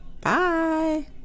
Bye